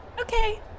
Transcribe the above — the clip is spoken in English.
Okay